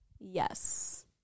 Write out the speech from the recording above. Yes